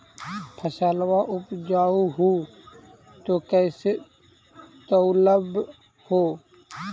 फसलबा उपजाऊ हू तो कैसे तौउलब हो?